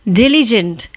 diligent